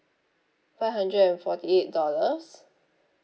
five hundred and forty eight dollars